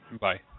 Bye